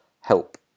help